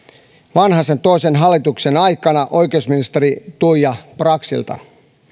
vanhasen toisen hallituksen aikana oikeusministeri tuija braxilta